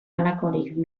halakorik